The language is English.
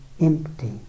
empty